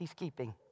Peacekeeping